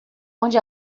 onde